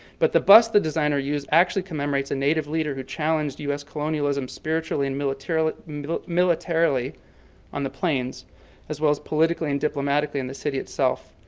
but the bust the designer used actually commemorates a native leader who challenged us colonialism spiritually and militarily militarily on the plains as well as politically and diplomatically in the city itself,